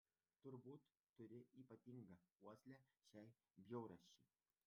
turbūt turi ypatingą uoslę šiai bjaurasčiai